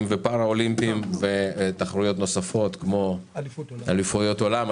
ופארא אולימפיים תחרויות נוספות כמו אליפויות עולם,